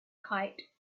kite